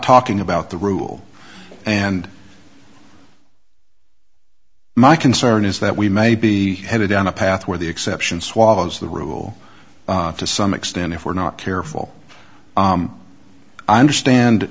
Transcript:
talking about the rule and my concern is that we may be headed down a path where the exception swallows the rule to some extent if we're not careful understand